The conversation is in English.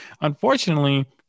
unfortunately